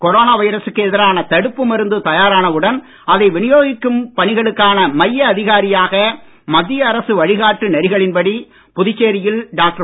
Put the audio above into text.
corona வைரசுக்கு எதிரான தடுப்பு மருந்து தயாரான உடன் அதை வினியோகிக்கும் பணிகளுக்கான மைய அதிகாரியாக மத்திய அரசு வழிகாட்டு நெறிகளின் படி புதுச்சேரியில் டாக்டர்